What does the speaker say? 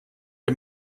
ihm